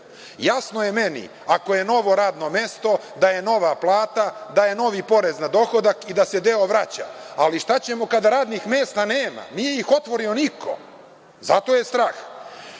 Jasno je meni ako je novo radno mesto da je nova plata, da je novi porez na dohodak i da se deo vraća, ali šta ćemo kada radnih mesta nema? Nije ih otvorio niko, zato je strah.